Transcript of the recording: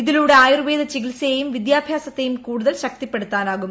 ഇതിലൂടെ ആയൂർവേദ ചികിത്സയേയും വിദ്യാഭ്യാസത്തേയും കുടുതൽ ശക്തിപ്പെടുത്താനാകും